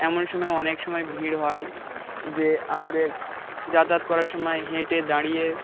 এমন সময় অনেক সময় ভিড় হয় যে আমাদের যাতায়াত করার সময় হেঁটে দাঁড়িয়ে